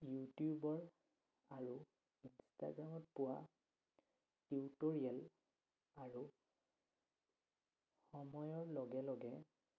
ইউটিউবৰ আৰু ইনষ্টাগ্ৰামত পোৱা টিউট'ৰিয়েল আৰু সময়ৰ লগে লগে